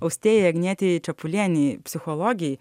austėjai agnietei čepulienei psichologei